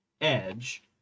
edge